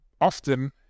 Often